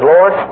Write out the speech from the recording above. Lord